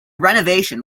renovation